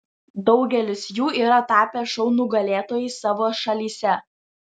daugelis jų yra tapę šou nugalėtojais savo šalyse